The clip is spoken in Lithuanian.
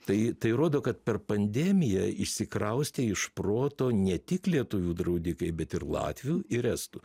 tai tai rodo kad per pandemiją išsikraustė iš proto ne tik lietuvių draudikai bet ir latvių ir estų